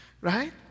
Right